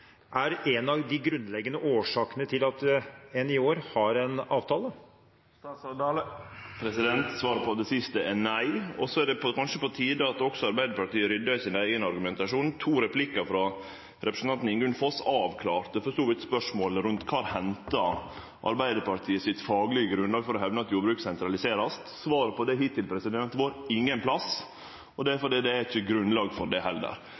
er en av de grunnleggende årsakene til at en i år har en avtale? Svaret på det siste er nei. Det er kanskje på tide at òg Arbeidarpartiet ryddar i eigen argumentasjon. To replikkar frå representanten Ingunn Foss avklarte for så vidt spørsmålet rundt kvar Arbeidarpartiet hentar sitt faglege grunnlag for å hevde at jordbruket vert sentralisert. Svaret på det hittil har vore ingen plass, og det er fordi det ikkje er grunnlag for det